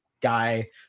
guy